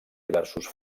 diversos